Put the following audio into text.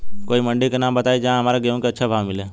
कोई मंडी के नाम बताई जहां हमरा गेहूं के अच्छा भाव मिले?